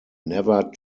never